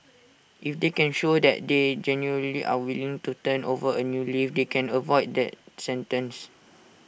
if they can show that they genuinely are willing to turn over A new leaf they can avoid that sentence